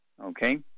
Okay